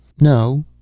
No